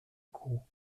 kourou